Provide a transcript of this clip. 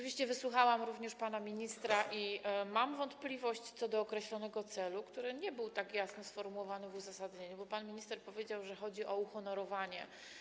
Wysłuchałam również pana ministra i mam wątpliwość co do określonego celu, który nie był tak jasno sformułowany w uzasadnieniu, bo pan minister powiedział, że chodzi o uhonorowanie.